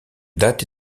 date